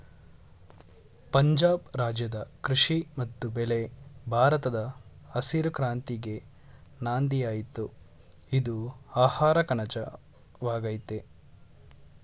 ಪಂಜಾಬ್ ರಾಜ್ಯದ ಕೃಷಿ ಮತ್ತು ಬೆಳೆ ಭಾರತದ ಹಸಿರು ಕ್ರಾಂತಿಗೆ ನಾಂದಿಯಾಯ್ತು ಇದು ಆಹಾರಕಣಜ ವಾಗಯ್ತೆ